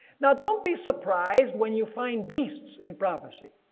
now don't be surprised when you find beasts in prophecy.